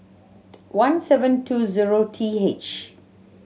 one seven two zero T H